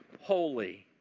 holy